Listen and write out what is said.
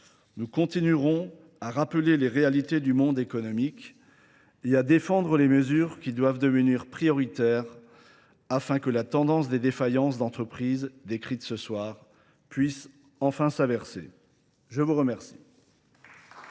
Nous continuerons à rappeler les réalités du monde économique et à défendre les mesures qui doivent devenir prioritaires afin que la tendance des défaillances d'entreprises décrites ce soir puisse enfin s'averser. Je vous remercie.